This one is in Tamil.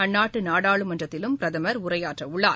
அந்நாட்டுநாடாளுமன்றத்திலும் பிரதமர் உரையாற்றவுள்ளார்